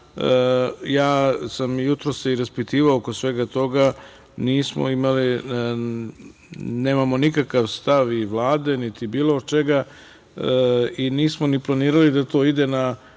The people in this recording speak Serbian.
ja sam se jutros i raspitivao oko svega toga, nemamo nikakav stav Vlade niti bilo čega i nismo planirali da to ide na